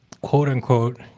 quote-unquote